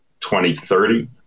2030